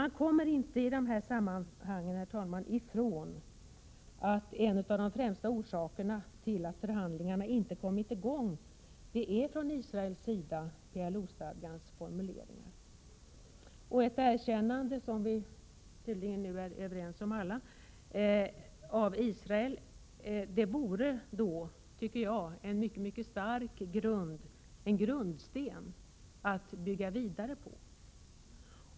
Man kommer dock inte, herr talman, i dessa sammanhang ifrån att en av de främsta orsakerna till att förhandlingarna inte kommer i gång är från Israels sida PLO-stadgans formuleringar. Vi är tydligen överens om att ett erkännande av Israel borde vara en mycket stark grundsten att bygga vidare på.